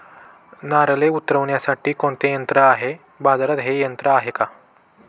नारळे उतरविण्यासाठी कोणते यंत्र आहे? बाजारात हे यंत्र आहे का?